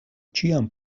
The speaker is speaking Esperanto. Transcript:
ĉiam